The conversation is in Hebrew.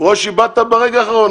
--- ברושי, באתה ברגע האחרון.